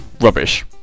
rubbish